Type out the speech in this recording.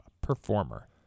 performer